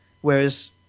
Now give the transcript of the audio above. whereas